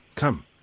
come